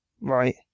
Right